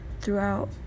throughout